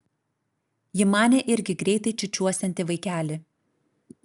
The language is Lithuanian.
ji manė irgi greitai čiūčiuosianti vaikelį